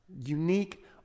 unique